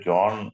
John